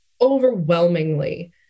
overwhelmingly